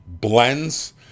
blends